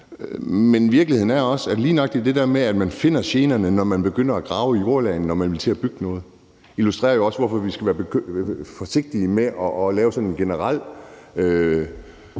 nøjagtig det der med, at man finder generne, når man begynder at grave i jordlagene, når man vil til at bygge noget, jo også illustrerer, hvorfor vi skal være forsigtige med at lave sådan en generel